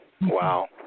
Wow